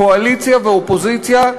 קואליציה ואופוזיציה,